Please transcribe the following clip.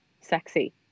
sexy